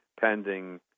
pending